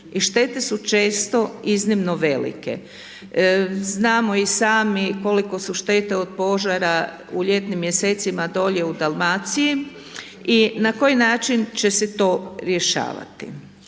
I štete su često iznimno velike. Znamo i samo koliko su štete od požara u ljetnim mjesecima dolje u Dalmaciji i na koji način će se to rješavati.